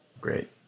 Great